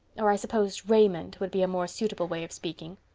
or i suppose raiment would be a more suitable way of speaking.